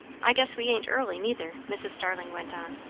i guess we ain't early, neither, mrs. starling went on.